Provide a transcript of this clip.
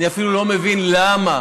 אני אפילו לא מבין למה.